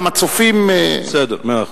גם הצופים, בסדר, מאה אחוז.